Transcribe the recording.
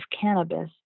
cannabis